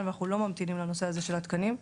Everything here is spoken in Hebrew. ואנחנו לא ממתינים לנושא הזה של התקנים,